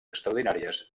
extraordinàries